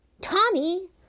Tommy